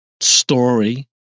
story